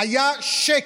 היה שקר.